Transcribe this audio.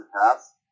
pass